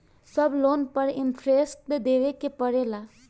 सब लोन पर इन्टरेस्ट देवे के पड़ेला?